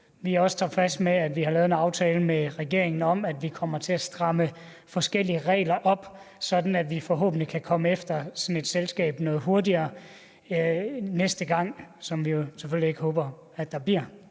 vi har lavet en aftale med regeringen om, at vi kommer til at stramme forskellige regler op, sådan at vi forhåbentlig kan komme efter sådan et selskab noget hurtigere næste gang, det måtte ske, hvad vi jo selvfølgelig ikke håber det gør.